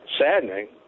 saddening